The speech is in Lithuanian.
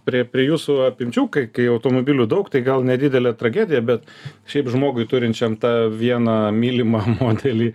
prie prie jūsų apimčių kai kai automobilių daug tai gal nedidelė tragedija bet šiaip žmogui turinčiam tą vieną mylimą modelį